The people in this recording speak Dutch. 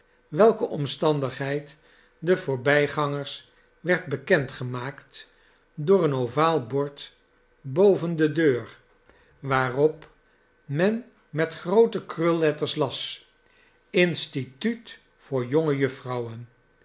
welke omstandigheid den voorbij gangers werd bekend gemaakt door een ovaal bord boven de deur waarop men met groote krulletters las instituut voor jonge jufvrouwen